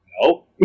no